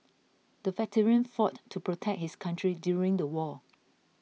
the veteran fought to protect his country during the war